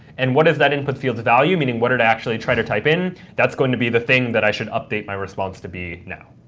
and what is that input field's value, meaning what did i actually try to type in? that's going to be the thing that i should update my response to be now.